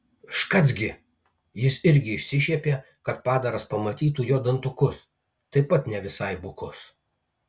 škac gi jis irgi išsišiepė kad padaras pamatytų jo dantukus taip pat ne visai bukus